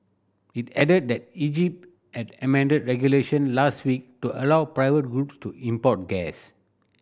it added that Egypt had amended regulation last week to allow private group to import gas